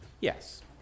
Yes